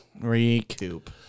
Recoup